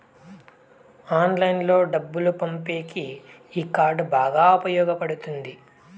ఆన్లైన్లో డబ్బులు పంపేకి ఈ కార్డ్ బాగా ఉపయోగపడుతుంది